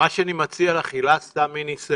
אני מציע לך, הילה, סתם מניסיון.